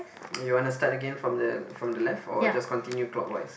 you want to start again from the from the left or just continue clockwise